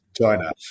China